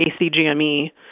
ACGME